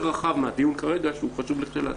רחב מהדיון כרגע שהוא חשוב לכשלעצמו.